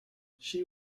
she